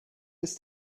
ist